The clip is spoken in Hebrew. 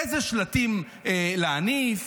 אילו שלטים להניף,